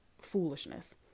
foolishness